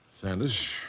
Sanders